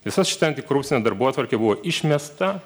visa šita antikorupcinė darbotvarkė buvo išmesta